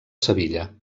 sevilla